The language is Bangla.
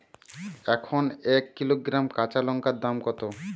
এখন এক কিলোগ্রাম কাঁচা লঙ্কার দাম কত?